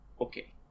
okay